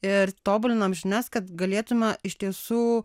ir tobulinam žinias kad galėtume iš tiesų